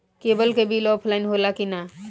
Cable के bill offline होला कि ना?